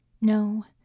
No